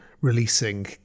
releasing